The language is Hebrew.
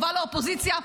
טובה לאופוזיציה.